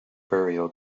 burial